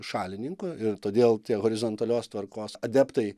šalininkų ir todėl tie horizontalios tvarkos adeptai